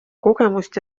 kogemust